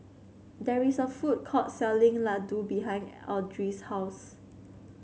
there is a food court selling Laddu behind Audry's house